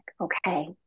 okay